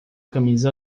camisa